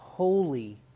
holy